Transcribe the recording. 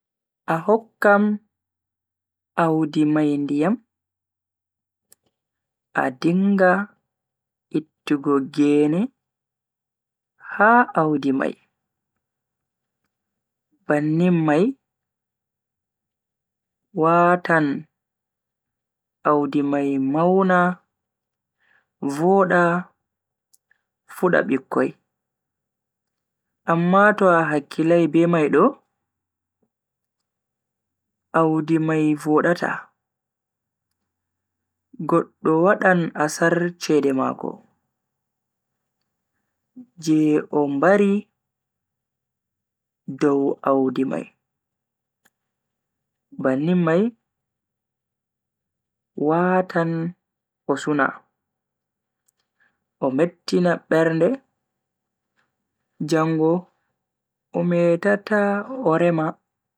A hokkam audi mai ndiyam, a dinga ittugo gene ha audi mai. Bannin mai watan audi mai mauna, voda, fuda bikkoi. Amma to a hakkilai be mai do, audi mai vodata, goddo wadan asar cede mako je o mbari dow audi mai, bannin mai watan o suna o mettina bernde jango o metata o rema.